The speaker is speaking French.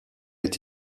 est